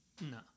no